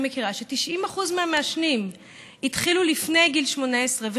מכירה הם ש-90% מהמעשנים התחילו לפני גיל 18,